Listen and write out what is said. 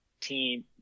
team